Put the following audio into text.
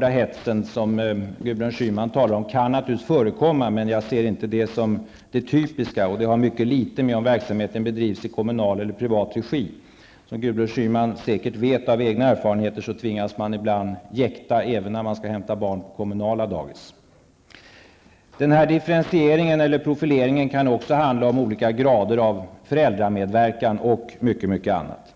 stora hets som Gudryn Schyman talade om kan naturligtvis förekomma. Men jag ser inte detta som något typiskt. Dessutom har det mycket litet att göra med om verksamheten bedrivs i kommunal eller privat regi. Gudryn Schyman vet säkert av egen erfarenhet att man ibland tvingas jäkta, även när man skall hämta barn på kommunala dagis. Nämnda differentiering, profilering, kan handla om olika grader av föräldramedverkan och om väldigt många andra saker.